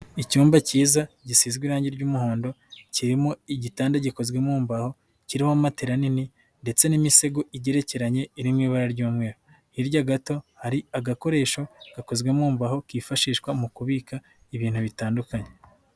Icyumba kiza gisize irangi ry'umuhondo, kirimo igitanda gikozwe mu mbaho kiriho matela nini ndetse n'imisego igerekeranye iriri mu ibara ry'umweru, hirya gato hari agakoresho gakozwe mu mbaho kifashishwa mu kubika ibintu bitandukanye.